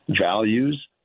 values